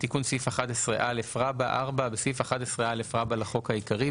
4.תיקון סעיף 11א בסעיף 11א לחוק העיקרי,